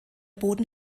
boden